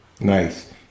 Nice